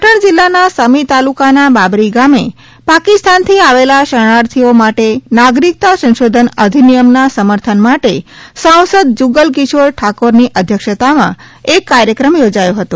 પાટણ જિલ્લાના સમી તાલુકાના બાબરી ગામે પાકિસ્તાનથી આવેલા શરણાર્થીઓ માટે નાગરિકતા સંશોધન અધિનિયમના સમર્થન માટે સાંસદ જગલકિશોર ઠાકોરની અધ્યક્ષતામાં એક કાર્યક્રમ યોજાયો હતો